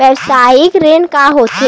व्यवसायिक ऋण का होथे?